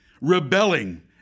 rebelling